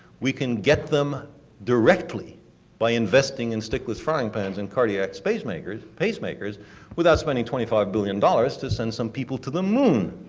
we can get them directly by investing in stickless frying pans and cardiac pacemakers pacemakers without spending twenty five billion dollars to send some people to the moon.